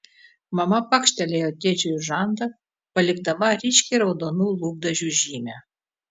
mama pakštelėjo tėčiui į žandą palikdama ryškiai raudonų lūpdažių žymę